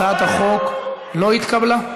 הצעת החוק לא התקבלה.